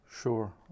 Sure